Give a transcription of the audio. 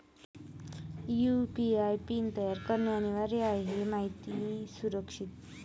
UPI PIN तयार करणे अनिवार्य आहे हे माहिती सुरक्षित